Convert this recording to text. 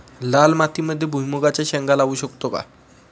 लाल मातीमध्ये भुईमुगाच्या शेंगा लावू शकतो का?